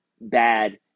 bad